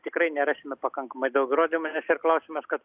tikrai nerasime pakankamai daug įrodymų nes ir klausimas kad